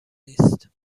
نیست